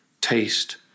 taste